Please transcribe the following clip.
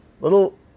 little